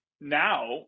now